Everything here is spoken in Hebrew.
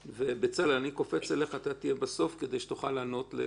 בצלאל, אתה תהיה בסוף כדי שתוכל לענות לכולם.